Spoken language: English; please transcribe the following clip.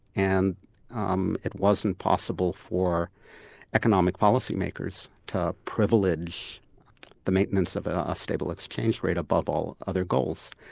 and um it wasn't possible for economic policymakers to privilege the maintenance of a stable exchange rate above all other goals.